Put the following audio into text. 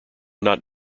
not